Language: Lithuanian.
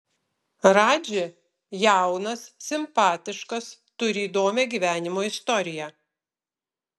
radži jaunas simpatiškas turi įdomią gyvenimo istoriją